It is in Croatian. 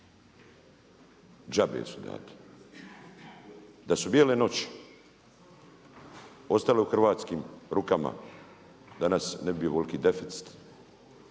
Đabe su date. Da su bijele noći ostale u hrvatskim rukama danas ne bi bio ovoliki deficit,